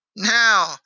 Now